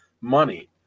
money